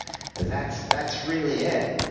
that's that's really it.